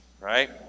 right